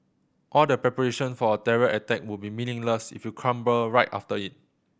all the preparation for a terror attack would be meaningless if you crumble right after it